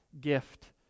gift